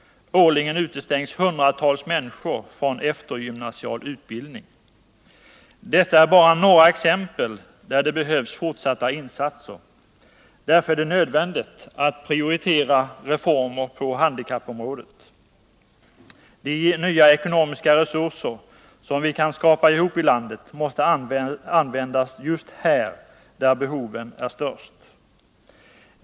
Årligen utestängs hundratals människor från eftergymnasial utbildning. Detta är bara några exempel på områden där det behövs fortsatta insatser. Därför är det nödvändigt att prioritera reformer på handikappområdet. De nya ekonomiska resurser som vi kan skrapa ihop i landet måste användas just på detta område där behoven är störst.